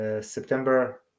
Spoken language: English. September